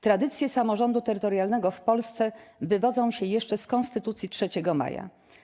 Tradycje samorządu terytorialnego w Polsce wywodzą się jeszcze z Konstytucji 3 maja.